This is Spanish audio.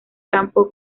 campo